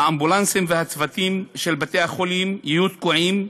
האמבולנסים והצוותים של בתי-החולים יהיו תקועים,